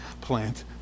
plant